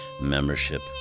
membership